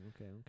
okay